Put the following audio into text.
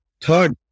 Third